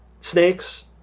snakes